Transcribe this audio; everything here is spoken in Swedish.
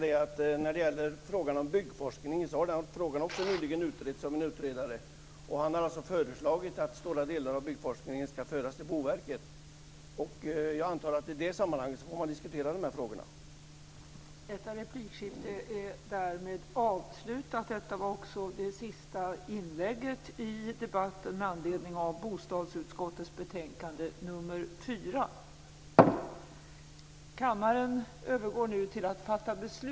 Fru talman! Frågan om byggforskningen har nyligen utretts av en utredare som föreslagit att stora delar av byggforskningen skall föras till Boverket. Jag antar att de här frågorna får diskuteras i det sammanhanget.